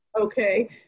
Okay